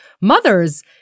mothers